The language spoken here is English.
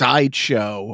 Sideshow